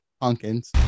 pumpkins